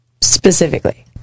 specifically